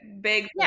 big